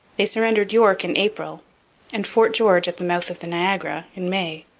they surrendered york in april and fort george, at the mouth of the niagara, in may.